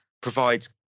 provides